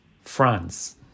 France